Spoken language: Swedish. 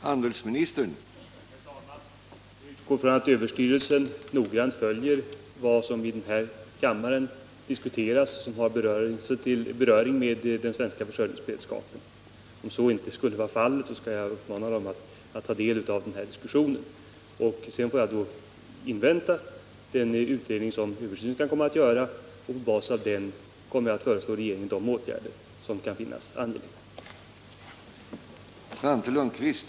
Herr talman! Jag utgår ifrån att överstyrelsen noggrant följer vad som i denna kammare diskuteras som har beröring med försörjningsberedskap. Om så inte skulle vara fallet, skall jag uppmana den att ta del av denna diskussion. Sedan får jag invänta den utredning överstyrelsen kan komma att göra, och på basis av den kommer jag att föreslå regeringen de åtgärder som det kan finnas anledning till.